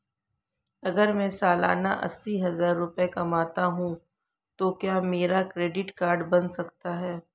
अगर मैं सालाना अस्सी हज़ार रुपये कमाता हूं तो क्या मेरा क्रेडिट कार्ड बन सकता है?